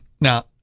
Now